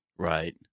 Right